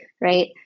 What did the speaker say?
right